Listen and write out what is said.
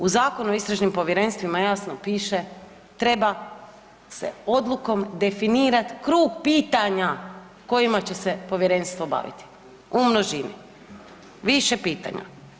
U Zakonu o istražnim povjerenstvima jasno piše treba se odlukom definirati krug pitanja kojima će se povjerenstvo baviti, u množini, više pitanja.